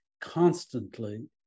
constantly